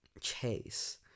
chase